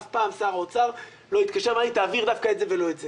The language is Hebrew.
אף פעם שר אוצר לא התקשר ואמר לי: תעביר דווקא את זה ולא את זה.